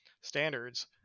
standards